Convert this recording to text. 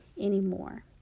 anymore